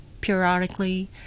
periodically